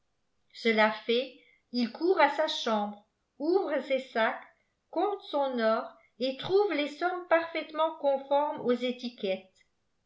cela fait il court à sa éhambre ouvre ses sacs compte son or et trouvé les sommes parfaitement confôrtoes aux étîquétlesl